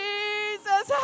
Jesus